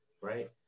right